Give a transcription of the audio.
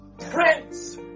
Prince